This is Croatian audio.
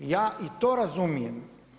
Ja i to razumijem.